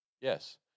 Yes